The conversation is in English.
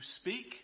speak